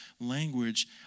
language